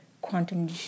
quantum